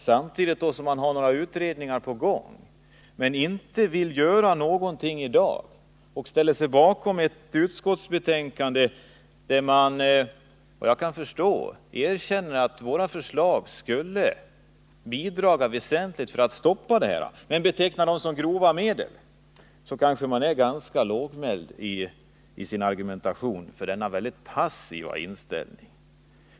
Samtidigt arbetar några utredningar, och han vill inte göra någonting i dag utan ställer sig bakom ett utskottsbetänkande där man, såvitt jag kan förstå, erkänner att våra förslag skulle bidra väsentligt till att stoppa denna exploatering men betecknar dem som grova medel. Det är kanske naturligt att man är ganska lågmäld i sin argumentation för denna mycket passiva inställning.